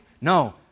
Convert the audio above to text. No